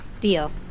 Deal